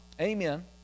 Amen